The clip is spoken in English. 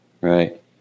Right